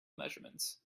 measurements